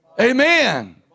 Amen